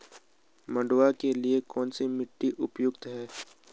मंडुवा के लिए कौन सी मिट्टी उपयुक्त है?